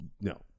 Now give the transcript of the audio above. no